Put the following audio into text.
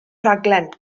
rhaglen